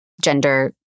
gender